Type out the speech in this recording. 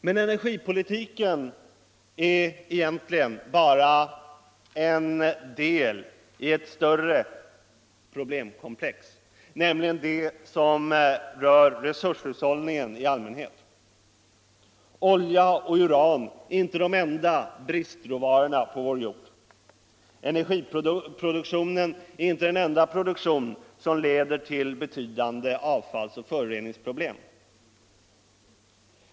Men cenergipolitiken är egentligen bara en del i ett större problemkomplex, nämligen det som rör resurshushållningen i allmänhet. Olja och uran är inte de enda bristråvarorna på vår jord. Energiproduktionen är inte den enda produktion som medför betydande avfallsoch föroreningsproblem.